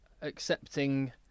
accepting